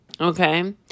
Okay